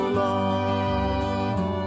long